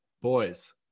Boys